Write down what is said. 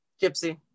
Gypsy